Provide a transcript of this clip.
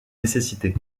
nécessité